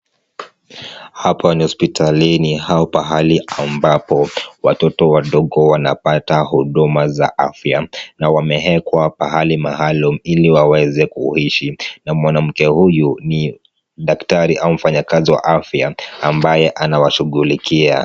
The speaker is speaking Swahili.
Hapa ni hospitalini au pahali ambapo, watoto wadogo wanapata huduma za afya, na wameekwa pahali maalum ili waweze kuishi na mwanamke huyu ni daktari au mfanyikazi wa afya ambaye anawashugulikia.